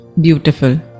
Beautiful